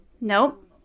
Nope